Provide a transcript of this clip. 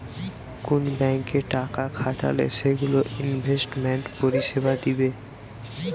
কুন ব্যাংকে টাকা খাটালে সেগুলো ইনভেস্টমেন্ট পরিষেবা দিবে